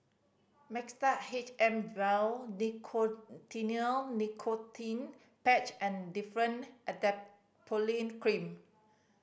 Mixtard H M Vial Nicotinell Nicotine Patch and Differin Adapalene Cream